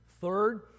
Third